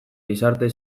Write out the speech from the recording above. gizarte